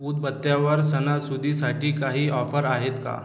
उदबत्त्यावर सणासुदीसाठी काही ऑफर आहेत का